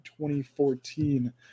2014